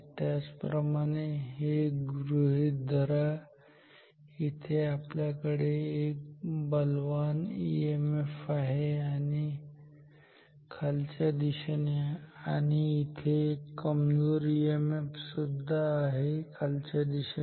त्याच प्रमाणे हे गृहीत धरा इथे आपल्याकडे एक बलवान ईएमएफ आहे खालच्या दिशेने आणि इथे कमजोर ईएमएफ आहे पुन्हा एकदा खालच्या दिशेने